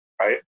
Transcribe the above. right